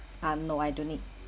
uh no I don't need